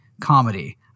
comedy